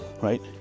right